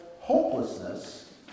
hopelessness